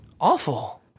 awful